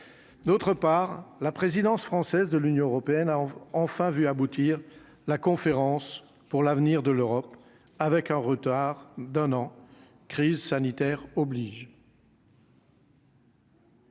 d'autre part, la présidence française de l'Union européenne a enfin vu aboutir la conférence pour l'avenir de l'Europe avec un retard d'un an, crise sanitaire oblige.